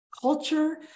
culture